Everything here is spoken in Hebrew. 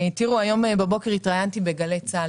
היום בבוקר התראיינו לגלי צה"ל,